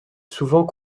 souvent